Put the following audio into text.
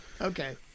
Okay